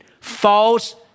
false